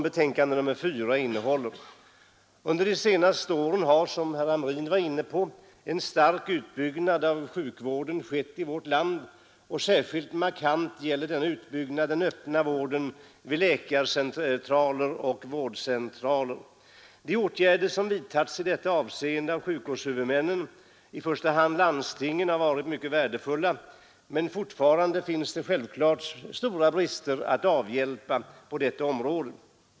Under de senaste åren har, som herr Hamrin varit inne på, en stark utbyggnad av sjukvården skett i 82 vårt land, och särskilt markant är denna utbyggnad när det gäller den öppna vården vid läkarcentraler och vårdcentraler. De åtgärder som vidtagits i detta avseende av sjukvårdshuvudmännen — i första hand landstingen — har varit mycket värdefulla, men fortfarande finns det självfallet stora brister att avhjälpa på detta område.